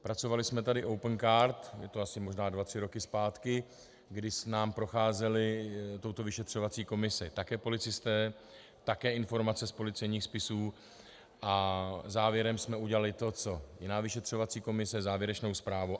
Pracovali jsme tady Opencard, je to asi možná dva, tři roky zpátky, kdy nám procházeli touto vyšetřovací komisí také policisté, také informace z policejních spisů, a závěrem jsme udělali to co jiná vyšetřovací komise, závěrečnou zprávu.